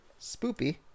Spoopy